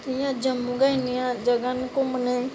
इंया जम्मू गै इन्नियां जगह न घुम्मने गी